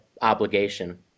obligation